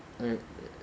err